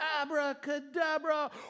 abracadabra